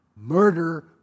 murder